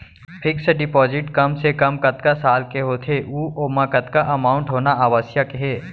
Fix deposit कम से कम कतका साल के होथे ऊ ओमा कतका अमाउंट होना आवश्यक हे?